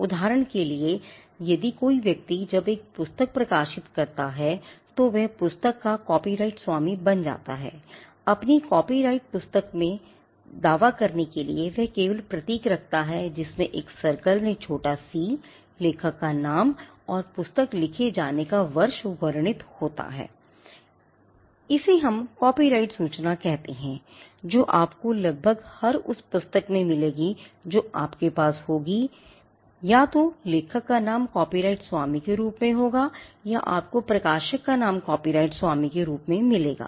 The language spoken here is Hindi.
उदाहरण के लिए कोई व्यक्ति जब एक पुस्तक प्रकाशित करता है तो वह पुस्तक का कॉपीराइट स्वामी बन जाता है अपनी पुस्तक में कॉपीराइट का दावा करने के लिए वह केवल प्रतीक रखता है जिसमें एक सर्कल में एक छोटा सी © लेखक का नाम और वह पुस्तक लिखे जाने का वर्ष वर्णित होता है I अब इसे हम कॉपीराइट सूचना कहते हैं जो आपको लगभग हर उस पुस्तक में मिलेगी जो आपके पास होगी या तो लेखक का नाम कॉपीराइट स्वामी के रूप में होगा या आपको प्रकाशक का नाम कॉपीराइट स्वामी के रूप में मिलेगा